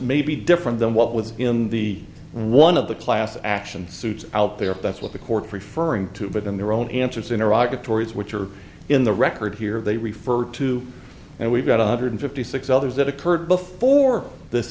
maybe different than what was in the one of the class action suits out there that's what the court referring to but in their own interests in iraq the tories which are in the record here they refer to and we've got one hundred fifty six others that occurred before this